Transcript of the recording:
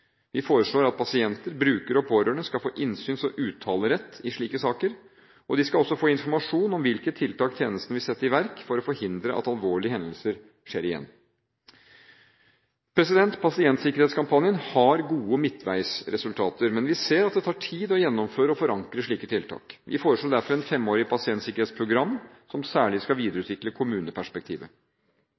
Vi foreslår at pasienter, brukere og pårørende skal få innsyns- og uttalerett i slike saker, og de skal også få informasjon om hvilke tiltak tjenesten vil sette i verk for å forhindre at alvorlige hendelser skjer igjen. Pasientsikkerhetskampanjen har gode midtveisresultater, men vi ser at det tar tid å gjennomføre og forankre slike tiltak. Vi foreslår derfor et femårig pasientsikkerhetsprogram som særlig skal videreutvikle kommuneperspektivet.